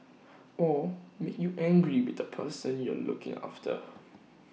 or make you angry with the person you're looking after